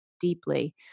deeply